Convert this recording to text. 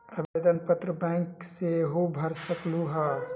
आवेदन पत्र बैंक सेहु भर सकलु ह?